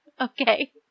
Okay